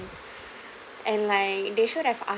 and like they should have asked